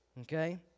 Okay